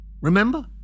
Remember